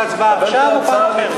אתה רוצה הצבעה עכשיו או פעם אחרת?